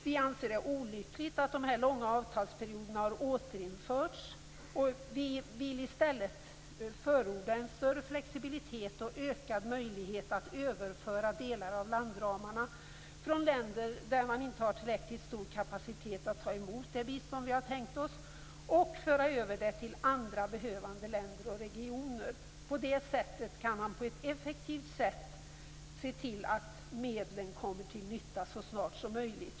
Vi anser det olyckligt att de långa avtalsperioderna har återinförts och vi vill i stället förorda en större flexibilitet och ökad möjlighet att överföra delar av landramarna från länder där man inte har tillräckligt stor kapacitet att ta emot det bistånd vi har tänkt oss till andra behövande länder och regioner. På det sättet kan man på ett effektivt sätt se till att medlen kommer till nytta så snart som möjligt.